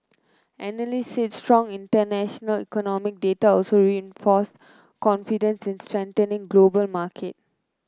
analysts said strong international economic data also reinforced confidence in a strengthening global market